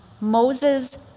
Moses